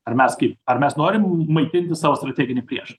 ar mes kaip ar mes norim maitinti savo strateginį piešą